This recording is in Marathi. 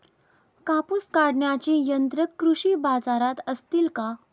कापूस काढण्याची यंत्रे कृषी बाजारात असतील का?